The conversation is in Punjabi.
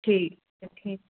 ਠੀਕ ਠੀਕ